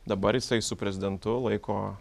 dabar jisai su prezidentu laiko